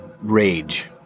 rage